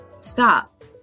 stop